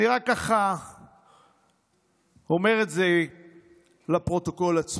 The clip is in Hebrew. אני רק אומר את זה לפרוטוקול עצמו.